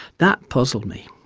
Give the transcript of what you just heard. that puzzled me.